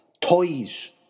Toys